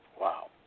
Wow